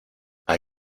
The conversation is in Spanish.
hay